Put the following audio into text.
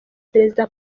perezida